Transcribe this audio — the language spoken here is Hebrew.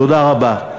תודה רבה.